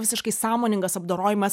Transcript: visiškai sąmoningas apdorojimas